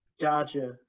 Gotcha